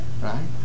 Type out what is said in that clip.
right